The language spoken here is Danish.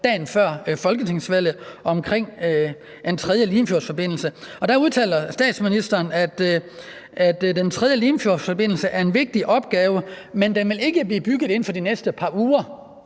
dagen før folketingsvalget. Der udtalte statsministeren, at den tredje Limfjordsforbindelse er en vigtig opgave, men at den ikke vil blive bygget her inden for de næste par uger.